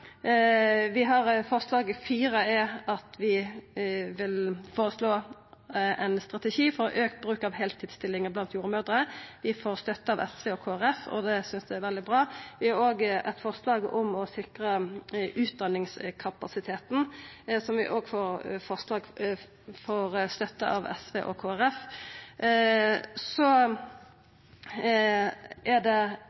forslag nr. 4 føreslår vi ein strategi for auka bruk av heiltidsstillingar blant jordmødrer. Vi får støtte av SV og Kristeleg Folkeparti, og det synest eg er veldig bra. Vi har òg eit forslag om å sikra utdaningskapasiteten, som òg får støtte av SV og Kristeleg Folkeparti. Så